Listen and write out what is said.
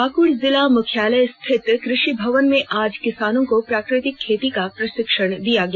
पाकुड़ जिला मुख्यालय स्थित कृषि भवन में आज किसानों को प्राकृतिक खेती का प्रशिक्षण दिया गया